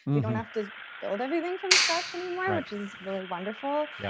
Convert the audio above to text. we don't have to build everything from scratch anymore, which is really wonderful.